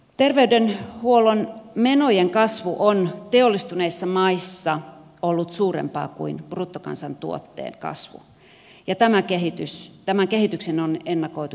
terveydenhuollon menojen kasvu on teollistuneissa maissa ollut suurempaa kuin bruttokansantuotteen kasvu ja tämän kehityksen on ennakoitu jatkuvan